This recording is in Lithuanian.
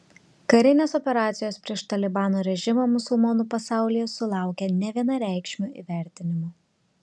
karinės operacijos prieš talibano režimą musulmonų pasaulyje sulaukė nevienareikšmio įvertinimo